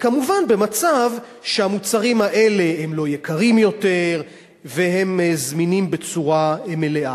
וכמובן במצב שהמוצרים האלה לא יקרים יותר והם זמינים בצורה מלאה.